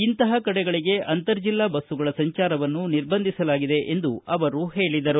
ಇಂತಹ ಕಡೆಗಳಿಗೆ ಅಂತರ್ ಜಿಲ್ಲಾ ಬಸ್ಸುಗಳ ಸಂಚಾರವನ್ನು ನಿರ್ಬಂಧಿಸಲಾಗಿದೆ ಎಂದು ಅವರು ಹೇಳಿದರು